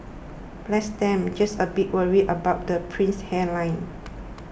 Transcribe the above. bless them just a bit worried about the prince's hairline